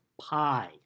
pi